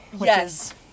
yes